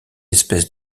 espèce